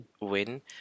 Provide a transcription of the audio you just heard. win